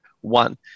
one